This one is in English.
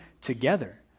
together